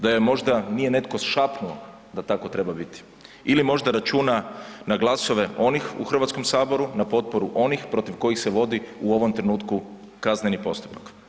Da joj možda nije netko šapnuo da tako treba biti ili možda računa na glasove onih u Hrvatskom saboru, na potporu onih protiv kojih se vodi u ovom trenutku kazneni postupak.